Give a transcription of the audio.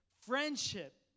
friendship